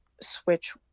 switch